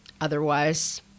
Otherwise